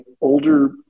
older